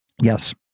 Yes